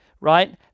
right